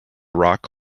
rock